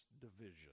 division